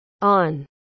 On